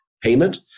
payment